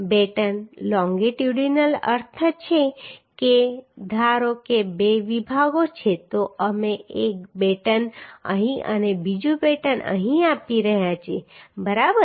batten લોન્ગીટ્યુડીનલનો અર્થ છે કે ધારો કે બે વિભાગો છે તો અમે એક બેટન અહીં અને બીજું બેટન અહીં આપી રહ્યા છીએ બરાબર